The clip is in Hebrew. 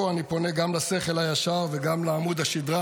פה אני פונה גם לשכל הישר וגם לעמוד השדרה,